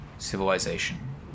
Civilization